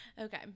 Okay